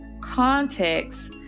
context